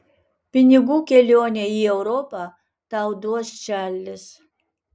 pinigų kelionei į europą tau duos čarlis